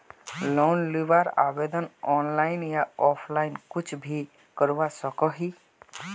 Loan लुबार आवेदन online या ऑफलाइन कुछ भी करवा सकोहो ही?